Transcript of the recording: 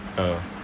ya